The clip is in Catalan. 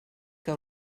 que